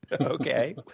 Okay